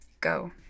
Go